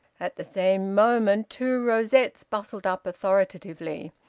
at the same moment two rosettes bustled up authoritatively.